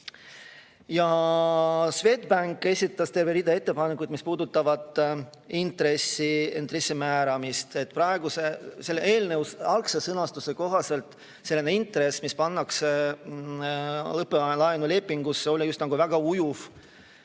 Swedbank esitas terve rea ettepanekuid, mis puudutavad intressi määramist. Praeguse eelnõu algse sõnastuse kohaselt oli selline intress, mis pannakse õppelaenulepingusse, justkui väga ujuv.